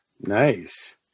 Nice